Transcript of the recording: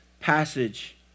passage